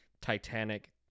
Titanic